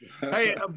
Hey